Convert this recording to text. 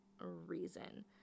reason